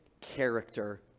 character